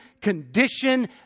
condition